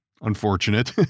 unfortunate